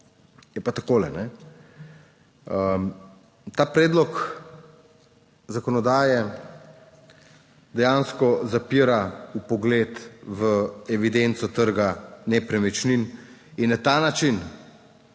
je pa takole. Ta predlog zakonodaje dejansko zapira vpogled v evidenco trga nepremičnin in na ta način